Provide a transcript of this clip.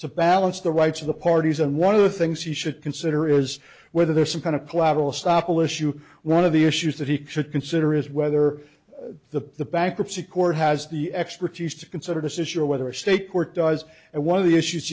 to balance the rights of the parties and one of the things he should consider is whether there's some kind of collateral stoffel issue one of the issues that he should consider is whether the bankruptcy court has the expertise to consider this issue or whether a state court does and one of the issues